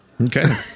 Okay